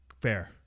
fair